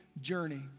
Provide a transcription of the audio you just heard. journey